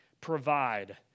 provide